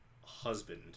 husband